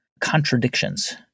contradictions